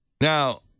Now